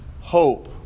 hope